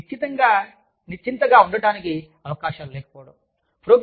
సిబ్బంది నిశ్చింతగా ఉండటానికి అవకాశాలు లేకపోవడం